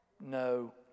No